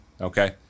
okay